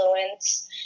influence